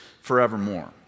forevermore